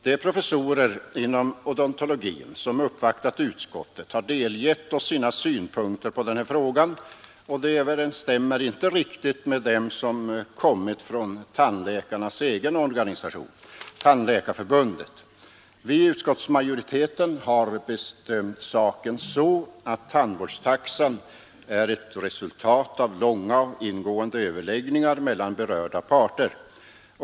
De professorer inom odontologin som uppvaktat utskottet har delgett oss sina synpunkter på den här frågan, och dessa synpunkter överensstämmer inte riktigt med dem som kommit från tandläkarnas egen organisation, Tandläkarförbundet. Vi i utskottsmajoriteten har benämnt saken så att tandvårdstaxan är ett resultat av långa och ingående överläggningar mellan berörda parter.